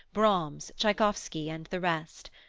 brahms, tschaikowsky, and the rest.